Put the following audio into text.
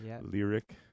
lyric